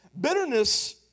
Bitterness